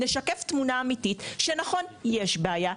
נשקף תמונה אמיתית שלפיה יש בעיה.